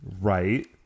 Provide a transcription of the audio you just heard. Right